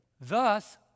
Thus